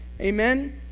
amen